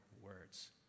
words